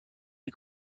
you